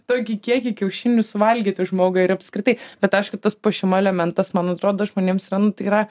tokį kiekį kiaušinius valgyti žmogui ir apskritai bet aišku tas puošimo elementas man atrodo žmonėms yra nu tai yra